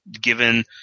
given